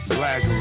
black